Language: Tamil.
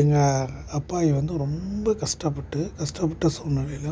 எங்கள் அப்பாயி வந்து ரொம்ப கஷ்டப்பட்டு கஷ்டப்பட்ட சூழ்நிலையில